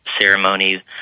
ceremony